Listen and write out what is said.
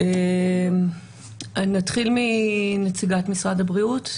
נתחיל מנציגת משרד הבריאות.